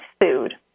food